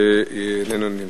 שאיננו נמצא.